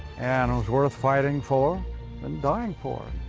and it was worth fighting for and dying for.